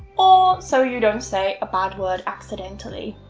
or so you don't say a bad word accidentally.